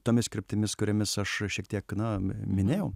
tomis kryptimis kuriomis aš šiek tiek na minėjau